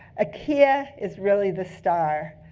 ikea is really the star.